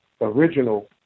original